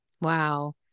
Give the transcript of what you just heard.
Wow